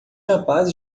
rapazes